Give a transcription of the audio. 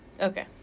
Okay